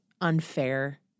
unfair